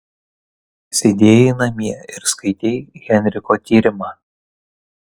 sėdėjai namie ir skaitei henriko tyrimą